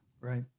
right